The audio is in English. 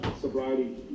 sobriety